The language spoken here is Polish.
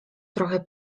trochę